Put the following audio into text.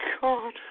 God